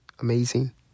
amazing